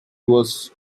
was